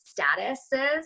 statuses